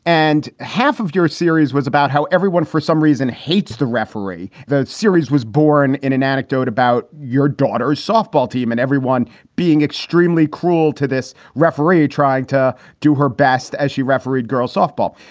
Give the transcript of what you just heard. and half of your series was about how everyone for some reason hates the referee. that series was born in an anecdote about your daughter's softball team and everyone being extremely cruel to this referee trying to do her best as she refereed girls' softball.